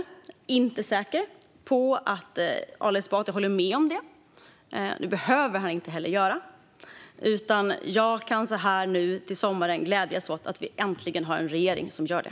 Jag är inte säker på att Ali Esbati håller med om det, och det behöver han inte heller göra. Jag kan dock, så här till sommaren, glädjas åt att vi äntligen har en regering som gör det.